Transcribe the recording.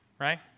right